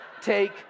take